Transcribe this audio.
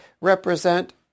represent